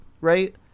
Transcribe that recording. right